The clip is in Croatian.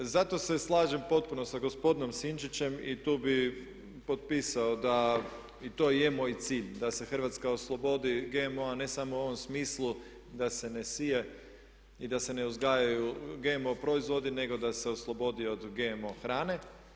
Zato se slažem potpuno sa gospodinom Sinčićem i tu bi potpisao i to je moj cilj da se Hrvatska oslobodi GMO-a ne samo u ovom smislu da se ne sije i da se ne uzgajaju GMO proizvodi nego da se oslobodi od GMO hrane.